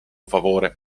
favore